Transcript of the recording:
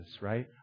right